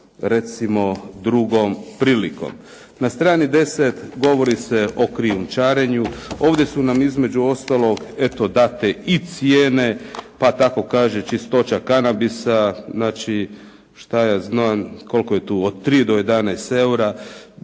recimo drugom prilikom. Na strani 10 govori se o krijumčarenju. Ovdje su nam između ostalog eto date i cijene. Pa tako kaže čistoća kanabisa, znači što ja znam koliko je tu, od 3 do 11 eura,